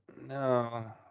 no